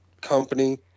company